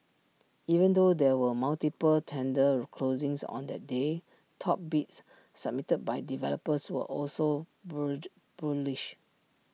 even though there were multiple tender closings on that day top bids submitted by developers were also bullish